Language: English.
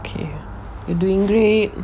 okay uh you doing great